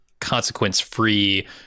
consequence-free